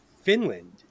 Finland